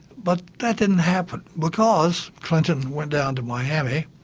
but that didn't happen because clinton went down to miami,